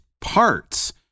parts